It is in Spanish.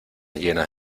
llenas